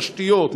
תשתיות,